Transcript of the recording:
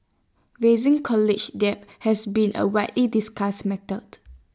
rising college debt has been A widely discussed mattered